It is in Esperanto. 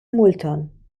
multon